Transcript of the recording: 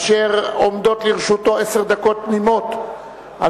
אשר עומדות לרשותו עשר דקות תמימות על